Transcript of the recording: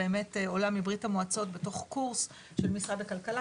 עולה מברית המועצות בתוך קורס של משרד הכלכלה,